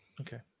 Okay